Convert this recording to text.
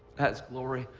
that's glory.